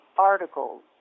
articles